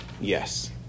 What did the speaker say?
Yes